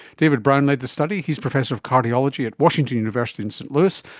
david brown led the study, he's professor of cardiology at washington university in st louis.